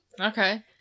Okay